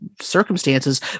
circumstances